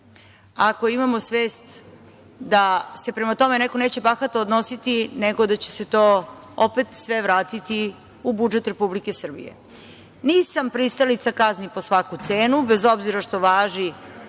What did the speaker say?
ako imamo svest da se prema tome neko neće bahato odnositi, nego da će se to opet sve vratiti u budžet Republike Srbije. Nisam pristalica kazni po svaku cenu, bez obzira što važi